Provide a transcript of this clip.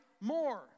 more